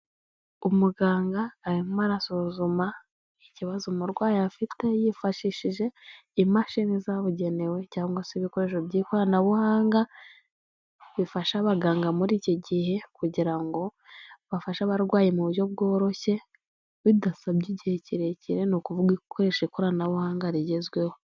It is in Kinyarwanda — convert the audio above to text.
Umuganga arimo arasuzuma ikibazo umurwayi afite yifashishije imashini zabugenewe cyangwa se ibikoresho by'ikoranabuhanga bifasha abaganga muri iki gihe kugira ngo bafashe abarwayi mu buryo bworoshye, bidasabye igihe kirekire, ni ukuvuga ikoresha ikoranabuhanga rigezweho.